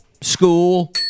school